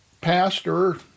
pastor